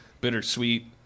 bittersweet